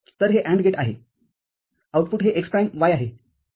तरहे AND gate आहे output हे x प्राइम y आहे